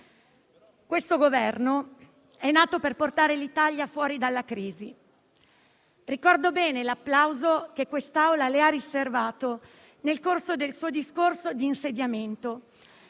Il Governo è nato per portare l'Italia fuori dalla crisi. Ricordo bene l'applauso che questa Assemblea le ha riservato nel corso del suo discorso di insediamento